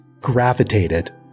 gravitated